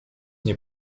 nie